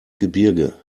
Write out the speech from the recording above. gebirge